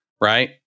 Right